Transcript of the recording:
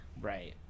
Right